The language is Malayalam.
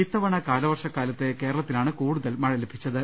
ഇത്തവണ കാലവർഷകാലത്ത് കേരളത്തിലാണ് കൂടുതൽ മഴ ലഭിച്ചത്